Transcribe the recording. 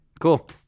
cool